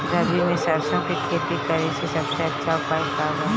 रबी में सरसो के खेती करे के सबसे अच्छा उपाय का बा?